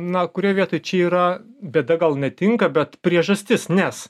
na kurioj vietoj čia yra bėda gal netinka bet priežastis nes